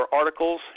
articles